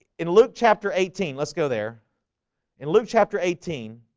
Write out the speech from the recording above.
in luke chapter eighteen let's go there in luke chapter eighteen